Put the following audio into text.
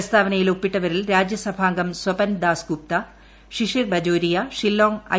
പ്രസ്താവനയിൽ ഒപ്പിട്ടവരിൽ രാജ്യസഭാംഗം സ്വപൻ ദാസ്ഗുപ്ത ഷിഷിർ ബജോരിയ ഷില്ലോംഗ് ഐ